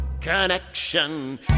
connection